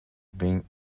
being